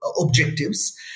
objectives